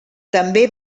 també